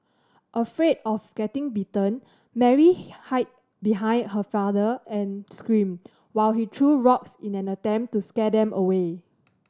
afraid of getting bitten Mary hid behind her father and screamed while he threw rocks in an attempt to scare them away